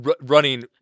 running